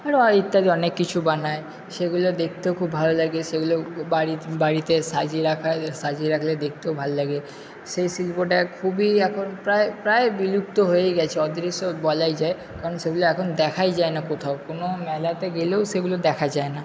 আরো ইত্যাদি অনেক কিছু বানায় সেগুলো দেখতেও খুব ভালো লাগে সেগুলো বাড়িতে বাড়িতে সাজিয়ে রাখার সাজিয়ে রাখলে দেখতেও ভাল লাগে সেই শিল্পটা খুবই এখন প্রায় প্রায় বিলুপ্ত হয়েই গেছে অদৃশ্য বলাই যায় কারণ সেগুলো এখন দেখাই যায় না কোথাও কোনো মেলাতে গেলেও সেগুলো দেখা যায় না